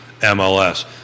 MLS